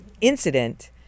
incident